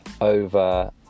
over